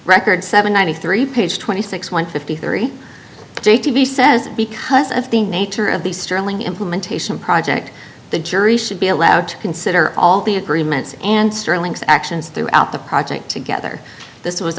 record seven ninety three page twenty six one fifty three j t v says because of the nature of the sterling implementation project the jury should be allowed to consider all the agreements and sterling's actions throughout the project together this was